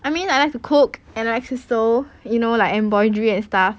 I mean I like to cook and I like to sew you know like embroidery and stuff